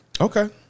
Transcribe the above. Okay